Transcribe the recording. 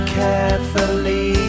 carefully